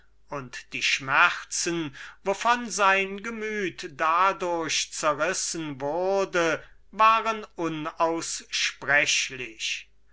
kann die schmerzen wovon sein gemüt dadurch zerrissen wurde waren